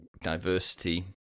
diversity